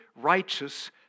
righteous